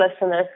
listeners